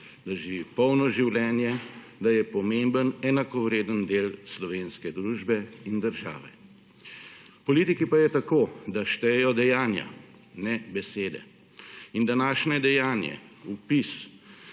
da živi polno življenje, da je pomemben, enakovreden del slovenske družbe in države. V politiki pa je tako, da štejejo dejanja, ne besede in današnje dejanje, vpis